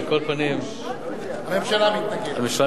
על כל פנים הממשלה מתנגדת.